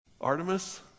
Artemis